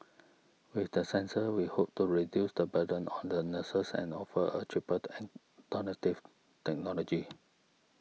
with the sensor we hope to reduce the burden on the nurses and offer a cheaper the alternative technology